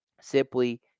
simply